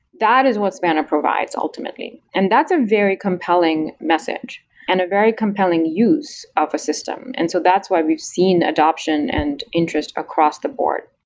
that is what spanner provides ultimately, and that's a very compelling message and a very compelling use of a system. and so that's why we've seen adoption and interest across the board.